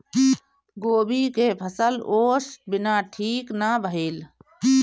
गोभी के फसल ओस बिना ठीक ना भइल